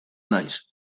naiz